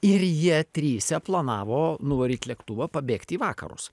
ir jie trise planavo nuvaryt lėktuvą pabėgt į vakarus